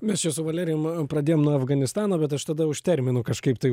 mes čia su valerijum pradėjom nuo afganistano bet aš tada už terminų kažkaip tai